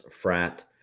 frat